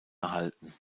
erhalten